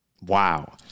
Wow